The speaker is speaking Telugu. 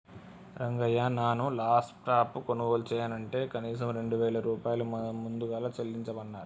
రంగయ్య నాను లాప్టాప్ కొనుగోలు చెయ్యనంటే కనీసం రెండు వేల రూపాయలు ముదుగలు చెల్లించమన్నరు